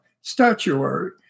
statuary